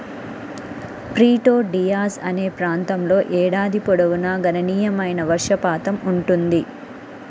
Prieto Diaz అనే ప్రాంతంలో ఏడాది పొడవునా గణనీయమైన వర్షపాతం ఉంటుంది